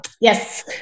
Yes